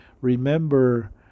Remember